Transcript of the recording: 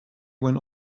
when